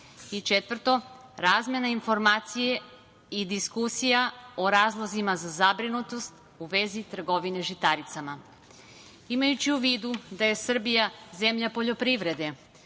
četvrto, razmena informacija i diskusija o razlozima za zabrinutost u vezi trgovine žitaricama. Imajući u vidu da je Srbija zemlja poljoprivrede,